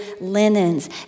linens